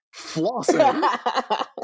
Flossing